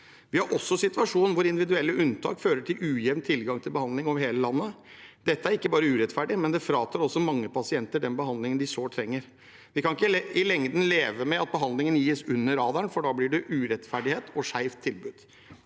Vi har også en situasjon hvor individuelle unntak fører til ujevn tilgang til behandling over hele landet. Dette er ikke bare urettferdig; det fratar også mange pasienter den behandlingen de sårt trenger. Vi kan ikke i lengden leve med at behandlingen gis under radaren, for da blir det urettferdighet og et skjevt tilbud.